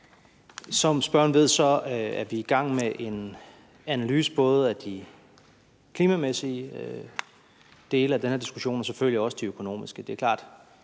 Som spørgeren ved, er vi i gang med en analyse af både de klimamæssige dele af den her diskussion og selvfølgelig også de økonomiske,